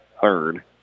third